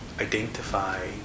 identify